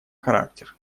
характер